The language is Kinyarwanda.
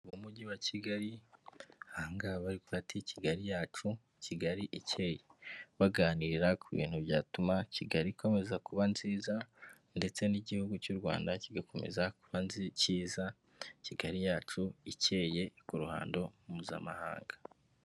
Mu mujyi wa Kigali aha ngaha baba bari kigali yacu Kigali icyeye, baganira ku bintu byatuma Kigali ikomeza kuba nziza ndetse n'igihugu cy'u Rwanda kigakomeza kubaza kiza, Kigali yacu ikeye ku ruhando mpuzamahanga.